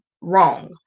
wrong